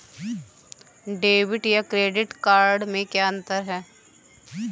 Debit या credit card में क्या अन्तर है?